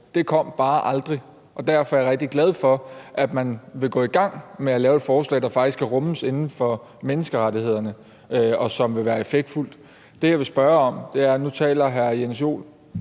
det kom bare aldrig. Derfor er jeg rigtig glad for, at man vil gå i gang med at lave et forslag, der faktisk kan rummes inden for menneskerettighederne, og som vil være effektfuldt. Jeg vil gerne spørge om noget. Nu taler hr. Jens Joel